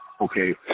okay